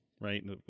right